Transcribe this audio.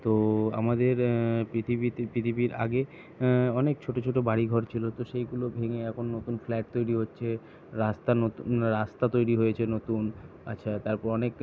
তো আমাদের পৃথিবীতে পৃথিবীর আগে অনেক ছোট ছোট বাড়ি ঘর ছিল তো সেইগুলো ভেঙে এখন নতুন ফ্ল্যাট তৈরি হচ্ছে রাস্তা নতুন রাস্তা তৈরি হয়েছে নতুন আচ্ছা তারপর অনেক